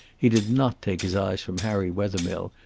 he did not take his eyes from harry wethermill,